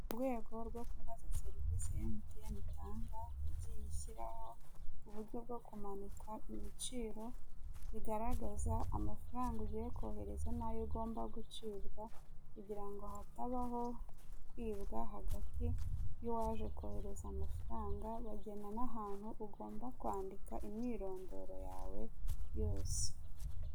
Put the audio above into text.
Mu rwego rwo kunoza serivisi emutiyeni itanga, yagiye ishyiraho uburyo bwo kumanika ibiciro bigaragaza amafaranga ugiye kohereza n'ayo ugomba gucibwa, kugira ngo hatabaho kwibwa hagati y'uwaje kohereza amafaranga. Bagena n'ahantu ugomba kwandika imyirondoro yawe yose.